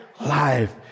life